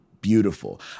beautiful